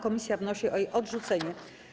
Komisja wnosi o jej odrzucenie.